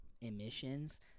emissions